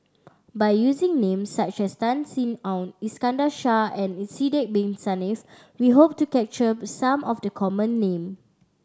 by using names such as Tan Sin Aun Iskandar Shah and Sidek Bin Saniff we hope to capture some of the common name